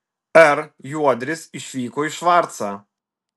r juodris išvyko į švarcą